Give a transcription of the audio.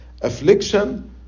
Affliction